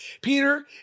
Peter